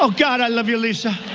ah god, i love you, lisa.